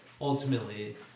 ultimately